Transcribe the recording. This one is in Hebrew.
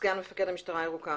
סגן מפקד המשטרה הירוקה?